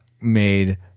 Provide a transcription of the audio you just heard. made